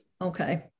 Okay